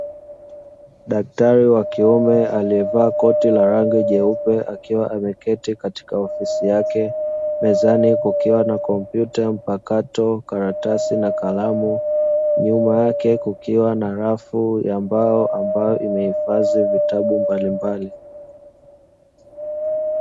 Daktari wakiume aliyevaa koti la rangi jeupe akiwa ameketi katika ofisi yake, mezani kukiwa na kompyuta mpakato karatasi na kalamu, nyuma yake kukiwa na rafu ya mbao ambayo imehifadhi vitabu mbalimbali.